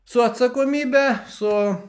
su atsakomybe su